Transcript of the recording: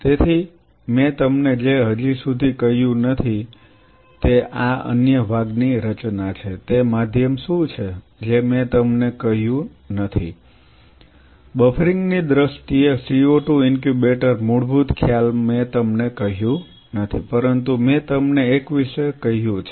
તેથી મેં તમને જે હજી સુધી કહ્યું નથી તે આ અન્ય ભાગની રચના છે તે માધ્યમ શું છે જે મેં તમને કહ્યું નથી બફરિંગની દ્રષ્ટિએ CO2 ઇન્ક્યુબેટર મૂળભૂત ખ્યાલ મેં તમને કહ્યું નથી પરંતુ મેં તમને એક વિશે કહ્યું છે